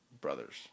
brothers